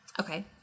Okay